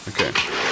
Okay